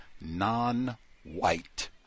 non-white